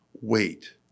Wait